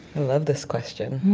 i love this question.